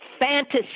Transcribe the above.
Fantasy